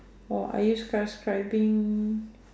or are you subscribing